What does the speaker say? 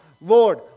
Lord